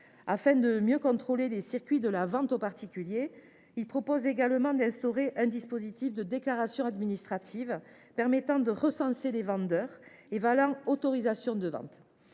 Afin de mieux contrôler les circuits de la vente aux particuliers, il instaure également un dispositif de déclaration administrative, permettant de recenser les vendeurs et valant autorisation de vente.